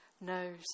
knows